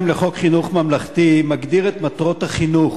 סעיף 2 לחוק חינוך ממלכתי מגדיר את מטרות החינוך